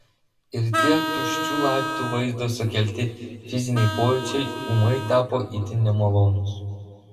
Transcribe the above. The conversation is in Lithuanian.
ir tie tuščių laiptų vaizdo sukelti fiziniai pojūčiai ūmai tapo itin nemalonūs